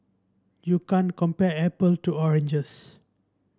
you can't compare apple to oranges